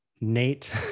Nate